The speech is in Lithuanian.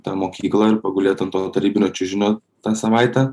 tą mokyklą ir pagulėt ant to tarybinio čiužinio tą savaitę